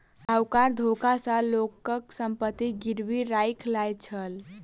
साहूकार धोखा सॅ लोकक संपत्ति गिरवी राइख लय छल